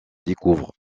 découvre